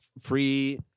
free